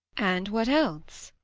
and what else?